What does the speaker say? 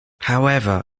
however